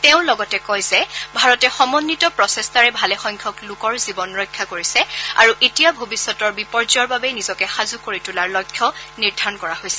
তেওঁ লগতে কয় যে ভাৰতে সমন্নিত প্ৰচেষ্টাৰে ভালেসংখ্যক লোকৰ জীৱন ৰক্ষা কৰিছে আৰু এতিয়া ভৱিষ্যতৰ বিপৰ্যায়ৰ বাবে নিজকে সাজু কৰি তোলাৰ লক্ষ্য নিৰ্ধাৰণ কৰা হৈছে